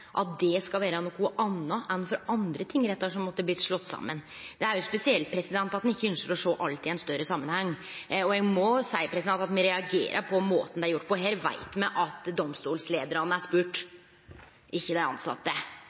at dette skal vere noko anna enn for andre tingrettar som måtte ha blitt slått saman. Det er jo spesielt at ein ikkje ynskjer å sjå alt i ein større samanheng, og eg må seie at me reagerer på måten det er gjort på. Her veit me at domstolsleiarane er spurde, og ikkje dei tilsette. Berre det er